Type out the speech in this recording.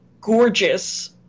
gorgeous